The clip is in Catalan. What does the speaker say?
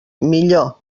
millor